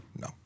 No